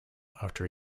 after